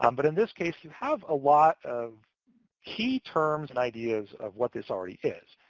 um but in this case, you have a lot of key terms and ideas of what this already is.